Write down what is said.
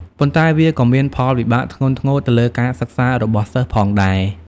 ប៉ុន្តែវាក៏មានផលវិបាកធ្ងន់ធ្ងរទៅលើ ការសិក្សា របស់សិស្សផងដែរ។